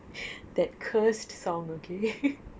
that cursed sound okay